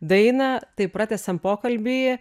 dainą tai pratęsiam pokalbį